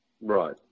Right